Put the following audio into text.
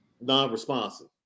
non-responsive